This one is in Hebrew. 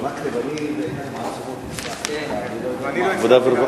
חוק ביטוח בריאות ממלכתי (תיקון מס' 53) (תשלומי השתתפות